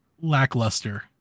lackluster